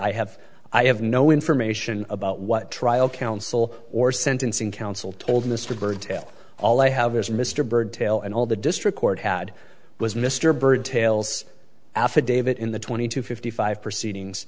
i have i have no information about what trial counsel or sentencing counsel told mr byrd tell all i have is mr byrd tail and all the district court had was mr byrd tales affidavit in the twenty two fifty five proceedings